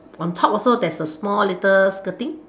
on top also there's a small little skirting